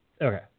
Okay